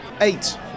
Eight